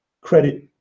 credit